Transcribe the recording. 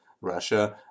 Russia